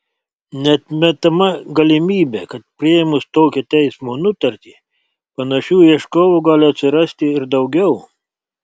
neatmetama galimybė kad priėmus tokią teismo nutartį panašių ieškovų gali atsirasti ir daugiau